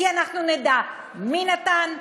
כי אנחנו נדע מי נתן,